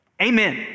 Amen